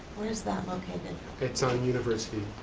where is that located? it's on university.